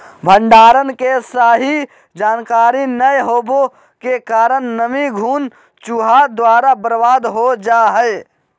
भंडारण के सही जानकारी नैय होबो के कारण नमी, घुन, चूहा द्वारा बर्बाद हो जा हइ